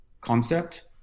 concept